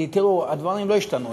כי הדברים לא ישתנו.